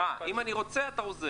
הא, אם אני רוצה, אתה עוזר.